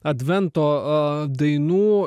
advento dainų